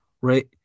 right